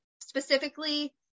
specifically